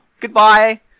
goodbye